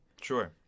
Sure